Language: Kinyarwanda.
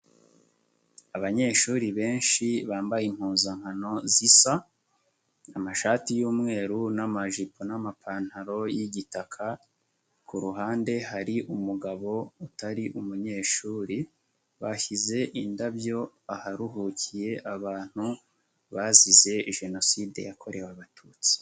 Abanyeshuri benshi bambaye impuzankano zisa amashati y'umweru n'amajipo n'amapantaro y'igitaka, ku ruhande hari umugabo utari umunyeshuri, bashyize indabyo aharuhukiye abantu bazize Jenoside yakorewe Abatutsi.